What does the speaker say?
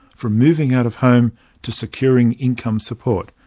from moving out of home to securing income support.